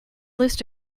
list